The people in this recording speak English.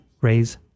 raise